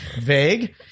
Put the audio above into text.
vague